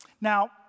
Now